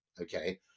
Okay